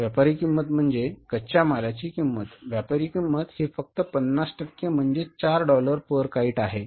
व्यापारी किंमत म्हणजे कच्च्या मालाची किंमत व्यापारी किंमत ही फक्त 50 टक्के म्हणजेच 4 डॉलर per kite आहे